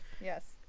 yes